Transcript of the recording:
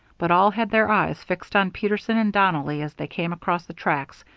but all had their eyes fixed on peterson and donnelly as they came across the tracks,